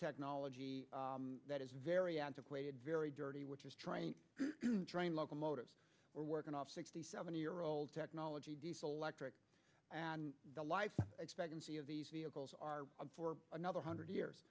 technology that is very antiquated very dirty which is trying trying local motives are working off sixty seven year old technology diesel electric and the life expectancy of these vehicles are for another hundred years